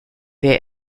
wir